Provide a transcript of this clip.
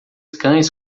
cães